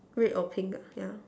red or pink ah yeah